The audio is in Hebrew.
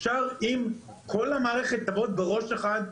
אם כל המערכת תעבוד בראש אחד,